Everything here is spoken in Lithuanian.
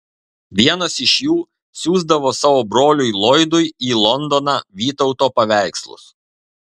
vienas iš jų siųsdavo savo broliui loydui į londoną vytauto paveikslus